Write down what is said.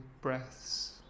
breaths